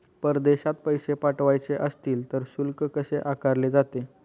परदेशात पैसे पाठवायचे असतील तर शुल्क कसे आकारले जाते?